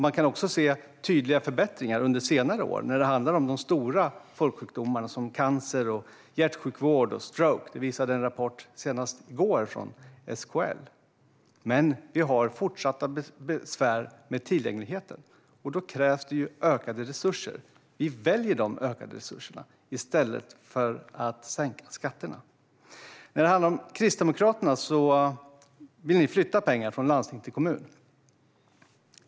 Man kan också se tydliga förbättringar under senare år när det handlar om de stora folksjukdomarna som cancer, hjärtsjukdomar och stroke. Det visade en rapport senast i går från SKL. Men vi har fortsatta besvär med tillgängligheten. Då krävs det ökade resurser. Vi väljer dessa ökade resurser i stället för att sänka skatterna. Kristdemokraterna vill flytta pengar från landsting till kommun.